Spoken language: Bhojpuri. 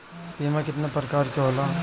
बीमा केतना प्रकार के होला?